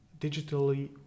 digitally